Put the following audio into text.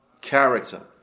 character